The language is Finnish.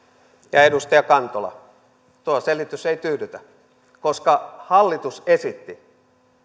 ja edustaja kantola tuo selitys ei tyydytä koska hallitus esitti